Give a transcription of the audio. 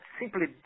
simply